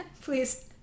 please